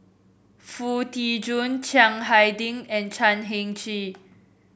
Foo Tee Jun Chiang Hai Ding and Chan Heng Chee